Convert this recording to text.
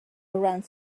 around